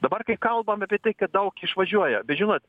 dabar kai kalbam apie tai kad daug išvažiuoja bet žinot